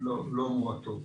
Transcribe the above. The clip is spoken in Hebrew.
לא מועטות.